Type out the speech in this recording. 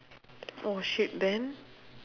oh shit then